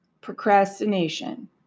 procrastination